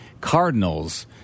Cardinals